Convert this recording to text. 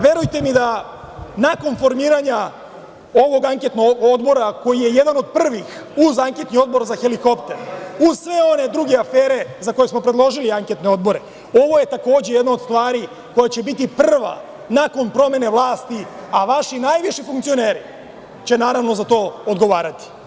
Verujte mi, da nakon formiranja ovog anketnog odbora, koji je jedan od prvih, uz anketni odbor za helikopter, uz sve one druge afere za koje smo predložili anketne odbore, ovo je takođe jedno od stvari koja će biti prva nakon promene vlasti, a vaši najviši funkcioneri će, naravno, za to odgovarati.